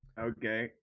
Okay